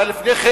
היה לפני כן